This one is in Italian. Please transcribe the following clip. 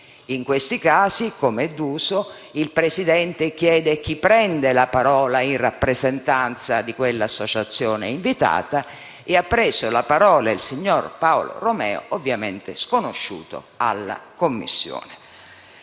In questi casi, come è d'uso, il Presidente chiede chi prende la parola in rappresentanza dell'associazione invitata e ha preso la parola il signor Paolo Romeo, ovviamente sconosciuto alla Commissione.